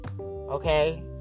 okay